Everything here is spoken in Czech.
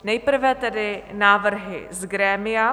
Nejprve tedy návrhy z grémia.